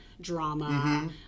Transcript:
drama